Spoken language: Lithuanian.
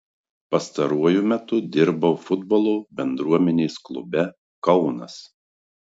pastaruoju metu dirbau futbolo bendruomenės klube kaunas